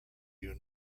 you